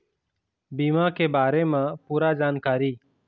बीमा के बारे म पूरा जानकारी?